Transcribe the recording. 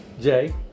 Jay